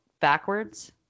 backwards